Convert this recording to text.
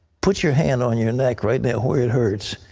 put your hand on your neck, right now, where it hurts.